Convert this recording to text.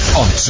on